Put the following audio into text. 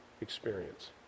experience